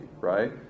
right